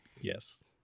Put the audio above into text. Yes